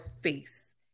face